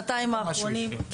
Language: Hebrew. אפשר, אדוני היו"ר, אנחנו היינו כבר